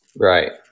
Right